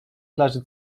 plaży